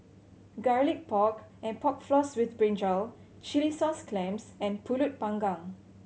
Garlic Pork and Pork Floss with brinjal chilli sauce clams and Pulut Panggang